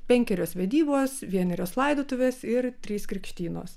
penkerios vedybos vienerios laidotuvės ir trys krikštynos